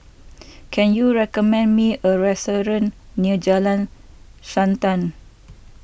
can you recommend me a restaurant near Jalan Srantan